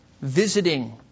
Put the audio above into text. visiting